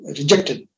rejected